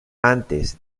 antes